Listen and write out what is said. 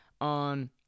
on